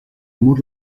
mur